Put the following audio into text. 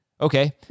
Okay